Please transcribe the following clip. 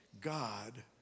God